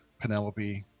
Penelope